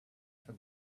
for